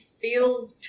feel